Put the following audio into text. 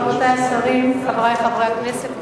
רבותי השרים, חברי חברי הכנסת,